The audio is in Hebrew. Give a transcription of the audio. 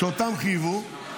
שאותם חייבו,